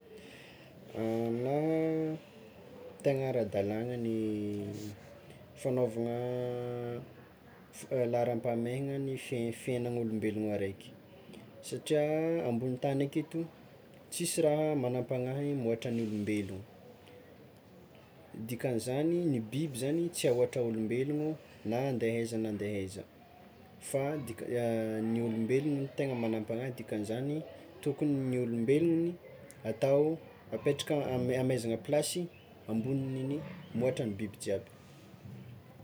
Aminaha, tegna ara-dalagna ny fagnaovana laharam-pahamehana ny fiaina'olombelogno araiky satrià ambony tany aketo tsisy raha magnam-pagnahy mihoatra ny olombelogno, dikan'izany ny biby zany tsy ahoatra olombelogno na ande aiza na ande aiza fa dika- ny olombelogno tegna magnam-panahy dikan'izany tokony ny olombelogny atao apetraka amezana plasy ambonin'igny mihoatra ny biby jiaby.